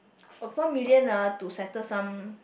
oh one million ah to settle some